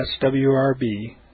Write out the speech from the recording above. swrb